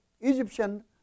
Egyptian